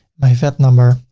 my vat number,